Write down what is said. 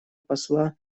посла